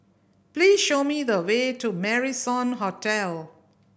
please show me the way to Marrison Hotel